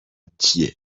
thiais